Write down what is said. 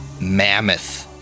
mammoth